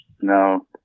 No